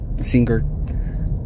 singer